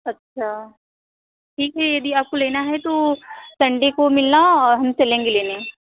अच्छा ठीक है यदि आपको लेना है तो सन्डे को मिलना हम चलेंगे लेने